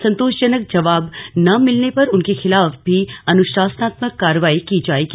संतोषजनक जवाब न मिलने पर उनके खिलाफ भी अनुशासनात्मक कार्रवाई की जायेगी